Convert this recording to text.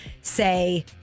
say